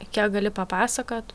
kiek gali papasakot